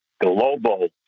global